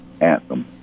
Anthem